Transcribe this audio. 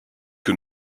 que